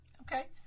Okay